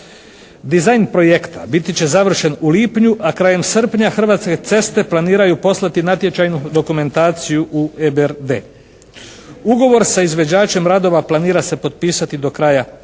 Dizajn projekta biti će završen u lipnju, a krajem srpnja Hrvatske ceste planiraju poslati natječajnu dokumentaciju u EBRD-e. Ugovor sa izvođačem radova planira se potpisati do kraja studenoga,